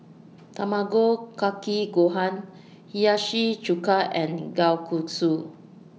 Tamago Kake Gohan Hiyashi Chuka and Kalguksu